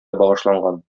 багышланган